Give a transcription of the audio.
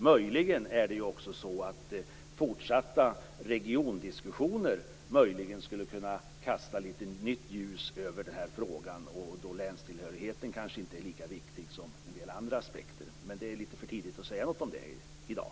Möjligen är det också så att fortsatta regiondiskussioner skulle kunna kasta lite nytt ljus över den här frågan då länstillhörigheten kanske inte är lika viktig som andra aspekter. Men det är lite för tidigt att säga någonting om det i dag.